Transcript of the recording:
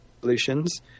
solutions